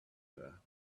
her